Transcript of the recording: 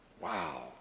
Wow